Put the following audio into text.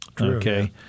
Okay